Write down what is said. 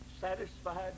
satisfied